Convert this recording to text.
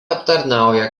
aptarnauja